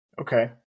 Okay